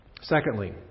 Secondly